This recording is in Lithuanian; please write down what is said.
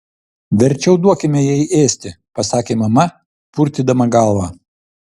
verčiau duokime jai ėsti pasakė mama purtydama galvą